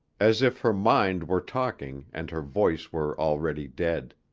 as if her mind were talking and her voice were already dead.